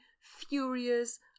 furious